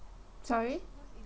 sorry